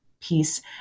piece